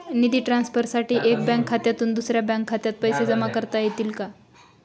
निधी ट्रान्सफरसाठी एका बँक खात्यातून दुसऱ्या बँक खात्यात पैसे जमा करता येतील का?